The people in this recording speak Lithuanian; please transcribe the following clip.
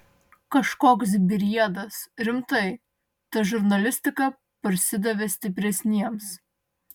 kažkoks briedas rimtai ta žurnalistika parsidavė stipresniems